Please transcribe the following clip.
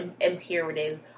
imperative